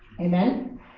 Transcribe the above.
Amen